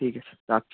ঠিক আছে রাখছি